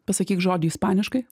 pasakyk žodį ispaniškai